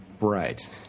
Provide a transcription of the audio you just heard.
Right